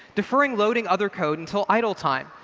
deferring loading other code until idle time.